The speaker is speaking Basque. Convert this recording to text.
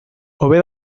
hobe